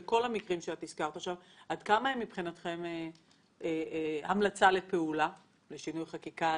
הן מבחינתכם המלצה לשינוי חקיקה,